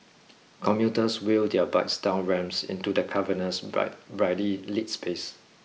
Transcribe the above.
commuters wheel their bikes down ramps into the cavernous but brightly lit space